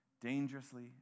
dangerously